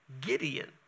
Gideon